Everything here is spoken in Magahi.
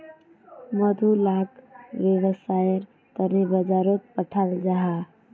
मधु लाक वैव्सायेर तने बाजारोत पठाल जाहा